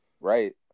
Right